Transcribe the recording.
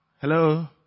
Hello